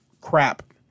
crap